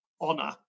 honor